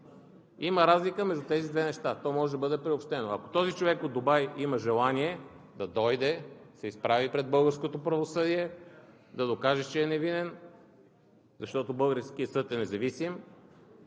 Има разлика между тези две неща. То може да бъде приобщено. Ако този човек от Дубай има желание, да дойде, да се изправи пред българското правосъдие, да докаже, че е невинен, защото българският съд е независим